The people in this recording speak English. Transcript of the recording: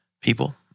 people